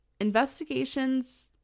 Investigations